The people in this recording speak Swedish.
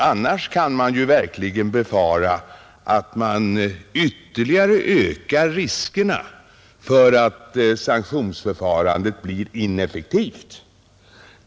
Annars kan man verkligen befara att riskerna ökar för att sanktionsförfarandet blir ineffektivt.